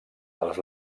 dels